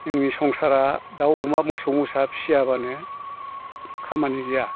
जोंनि संसारा दाव अमा मोसौ मोसा फिसियाबानो खामानि गैया